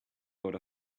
got